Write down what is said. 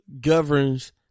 governs